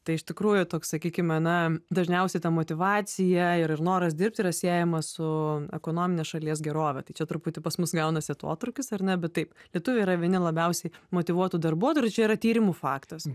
tai iš tikrųjų toks sakykime na dažniausiai ta motyvacija ir ir noras dirbt yra siejamas su ekonomine šalies gerove tai čia truputį pas mus gaunasi atotrūkis ar ne bet taip lietuviai yra vieni labiausiai motyvuotų darbuotojų ir čia yra tyrimų faktas